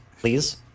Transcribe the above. please